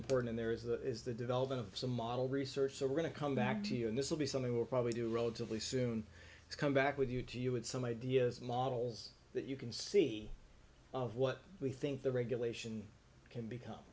important in there is that is the development of some model research so we're going to come back to you and this will be something we'll probably do relatively soon come back with you to you with some ideas models that you can see of what we think the regulation can